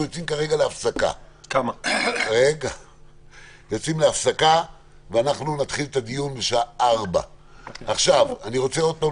אנחנו יוצאים עכשיו להפסקה ונתחיל את הדיון הבא בשעה 16:00. חשוב